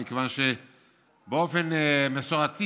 מכיוון שבאופן מסורתי